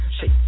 shake